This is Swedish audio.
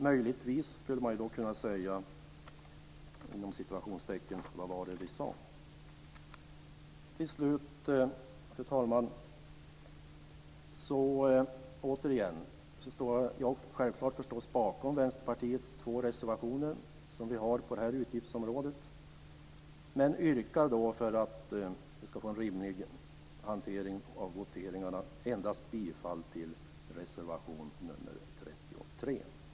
Möjligtvis skulle vi kunna säga: Vad var det vi sade? Till slut, fru talman: Jag står givetvis bakom Vänsterpartiets två reservationer på det här utgiftsområdet, men för att få en rimlig hantering av voteringarna yrkar jag bifall endast till reservation nr 33.